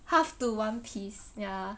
half to one piece ya